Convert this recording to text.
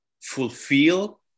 fulfill